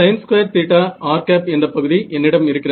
sin2r என்ற பகுதி என்னிடம் இருக்கிறது